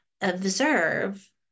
observe